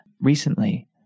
recently